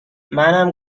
منم